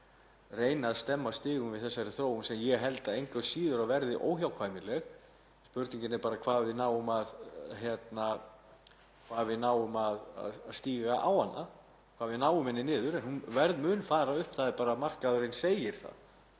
reyna að stemma stigu við þessari þróun sem ég held engu að síður að verði óhjákvæmileg. Spurningin er bara hvort við náum að stíga á hana, hvort við náum henni niður. En hún mun fara upp, markaðurinn segir það,